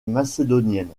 macédonienne